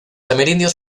amerindios